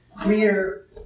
clear